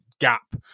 gap